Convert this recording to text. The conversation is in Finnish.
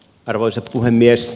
arvoisa puhemies